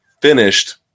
finished